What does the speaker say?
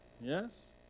Yes